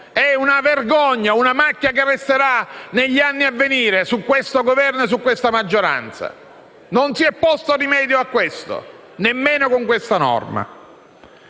una vergogna, una macchia che resterà negli anni a venire su questo Governo e la sua maggioranza. A questo non si è posto rimedio nemmeno con questa norma.